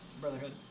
Brotherhood